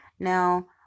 Now